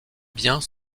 biens